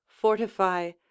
fortify